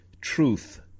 truth